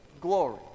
Glory